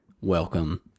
Welcome